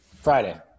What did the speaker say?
Friday